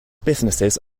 businesses